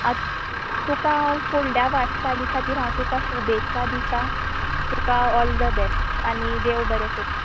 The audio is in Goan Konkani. आतां तुका फुडल्या वाटचाली खातीर हांव तुका शुभेच्छा दिता तुका ऑल द बॅस्ट आनी देव बरें करूं